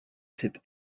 cette